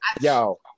Yo